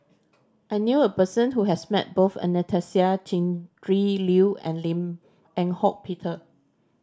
I knew a person who has met both Anastasia Tjendri Liew and Lim Eng Hock Peter